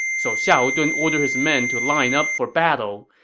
so xiahou dun ordered his men to line up for battle,